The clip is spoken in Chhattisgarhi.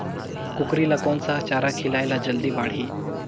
कूकरी ल कोन सा चारा खिलाय ल जल्दी बाड़ही?